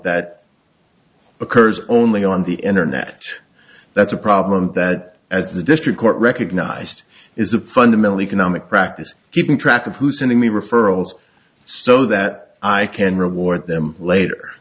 that occurs only on the internet that's a problem that as the district court recognized is a fundamental economic practice keeping track of who's in the referrals so that i can reward them later